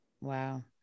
Wow